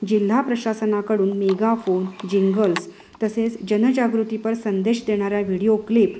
जिल्हा प्रशासनाकडून megaphone jingles तसेच जनजागृतीपरसंदेश देणाऱ्या व्हिडिओ क्लिप